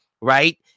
right